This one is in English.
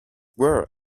were